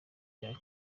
by’i